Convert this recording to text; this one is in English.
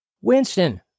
Winston